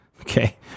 Okay